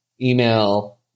email